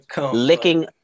licking